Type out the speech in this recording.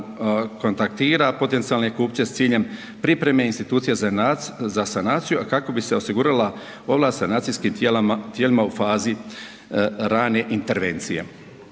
kontaktira potencijalne kupce s ciljem pripreme institucija za sanaciju, a kako bi se osigurala ovlast sanacijskim tijelima u fazi rane intervencije.